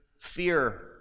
fear